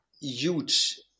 huge